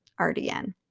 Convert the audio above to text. RDN